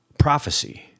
prophecy